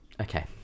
Okay